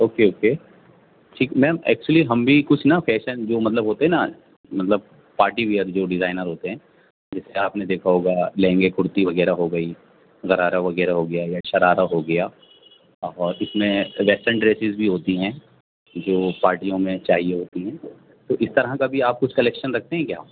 okay okay ٹھیک ma'am actually ہم بھی کچھ نا فیشن جو مطلب ہوتے ہیں نا مطلب پارٹی ویر جو ڈیزائنر ہوتے ہیں جیسے آپ نے دیکھا ہوگا لہنگے کرتی وغیرہ ہو گئی غرارہ وغیرہ ہو گیا یا شرارہ ہو گیا اور اس میں ویسٹرن ڈریسز بھی ہوتی ہیں جو پارٹیوں میں چاہیے ہوتی ہیں تو اس طرح کا بھی آپ کچھ کلکشن رکھتے ہیں کیا